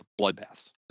bloodbaths